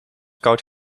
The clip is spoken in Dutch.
koud